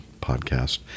podcast